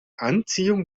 anziehung